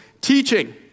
teaching